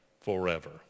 forever